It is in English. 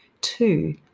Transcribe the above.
two